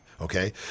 Okay